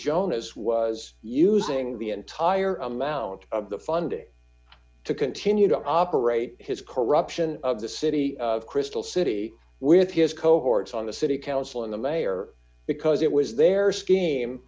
this was using the entire amount of the funding to continue to operate his corruption of the city of crystal city with his cohorts on the city council and the mayor because it was their scheme